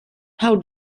how